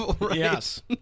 Yes